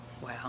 wow